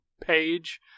page